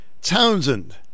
Townsend